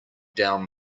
down